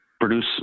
produce